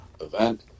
event